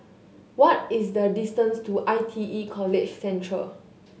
what is the distance to I T E College Central